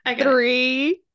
Three